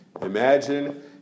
Imagine